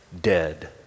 dead